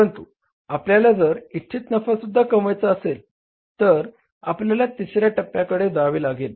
परंतु आपल्याला जर इच्छित नफासुद्धा कमवायचा असेल तर आपल्याला तिसऱ्या टप्प्याकडे जावे लागेल